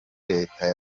leta